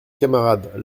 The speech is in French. camarades